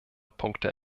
punkte